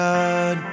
God